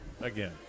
again